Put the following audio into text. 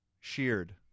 Sheared